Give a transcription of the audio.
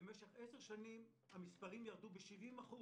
משך עשר שנים המספרים ירדו ב-70%.